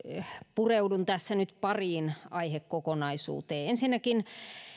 pureudun tässä nyt pariin aihekokonaisuuteen ensinnäkin